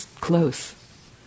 close